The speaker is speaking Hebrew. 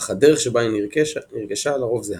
אך הדרך שבה היא נרכשה לרוב זהה.